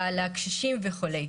לקשישים וכו'.